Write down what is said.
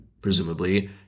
presumably